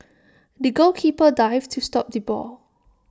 the goalkeeper dived to stop the ball